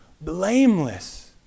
blameless